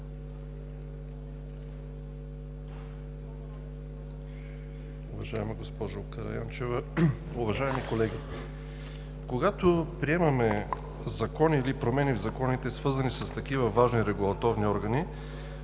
Уважаема госпожо Караянчева, уважаеми колеги! Когато приемаме закон или промени в законите, свързани с такива важни регулаторни органи,